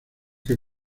que